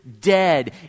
dead